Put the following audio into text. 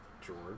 George